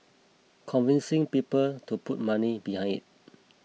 convincing people to put money behind it